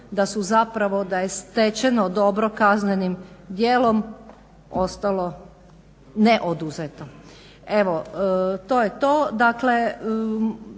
da su zapravo, da je stečeno dobro kaznenim djelom ostalo neoduzeto. Evo to je to.